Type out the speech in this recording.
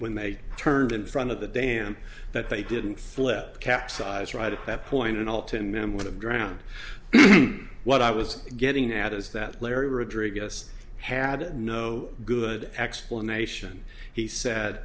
when they turned in front of the dam that they didn't flip capsize right at that point and all ten members have drowned what i was getting at is that larry rodrigo's had no good explanation he said